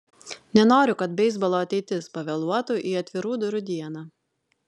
nenoriu kad beisbolo ateitis pavėluotų į atvirų durų dieną